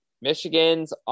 Michigan's